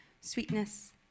sweetness